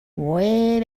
way